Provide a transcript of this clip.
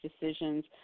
decisions